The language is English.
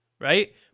Right